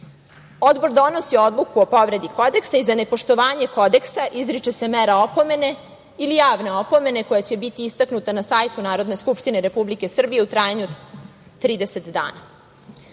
nisu. Odbor donosi odluku o povredi kodeksa i za nepoštovanje kodeksa izriče se mera opomene ili javne opomene koja će biti istaknuta na sajtu Narodne skupštine Republike Srbije u trajanju od